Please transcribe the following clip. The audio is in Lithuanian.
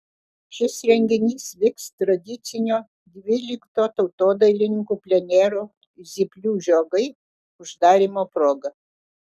šis renginys vyks tradicinio dvylikto tautodailininkų plenero zyplių žiogai uždarymo proga